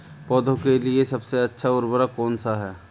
पौधों के लिए सबसे अच्छा उर्वरक कौनसा हैं?